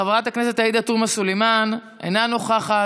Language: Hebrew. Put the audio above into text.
חברת הכנסת עאידה תומא סלימאן, אינה נוכחת,